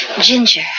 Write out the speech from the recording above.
Ginger